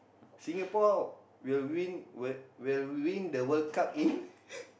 Singapore will win will will win the World-Cup in